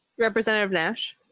representative nash.